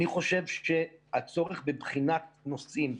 אני חושב שהצורך בבחינת נושאים,